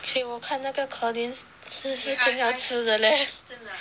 eh 我看那个 Collins 这是真要吃的 leh